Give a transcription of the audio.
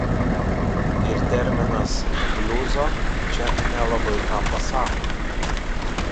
ir terminas bliuzo čia nelabai ką pasako